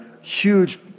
huge